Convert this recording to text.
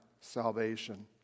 salvation